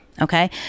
Okay